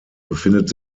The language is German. befindet